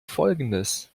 folgendes